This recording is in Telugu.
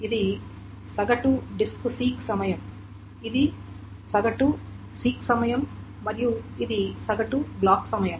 ఇది సగటు డిస్క్ సీక్ సమయం ఇది సగటు సీక్ సమయం మరియు ఇది సగటు బ్లాక్ సమయం